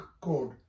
code